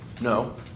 No